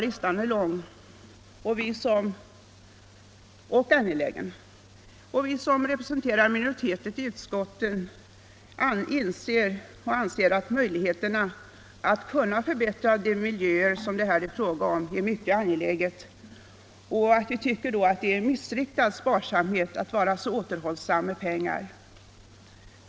Listan är lång och angelägen. Vi som representerar minoriteten i utskottet anser att det är mycket angeläget att skapa möjligheter till förbättring av de miljöer som det här är fråga om, och vi tycker det är missriktad sparsamhet att vara så återhållsam med pengar som majoriteten är.